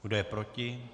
Kdo je proti?